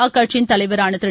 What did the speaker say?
அக்கட்சியின் தலைவரான திரு